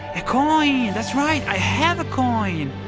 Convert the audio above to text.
a coin! that's right! i have a coin!